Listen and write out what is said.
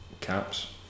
caps